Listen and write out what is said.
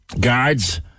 Guards